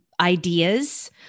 ideas